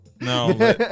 No